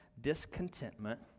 Discontentment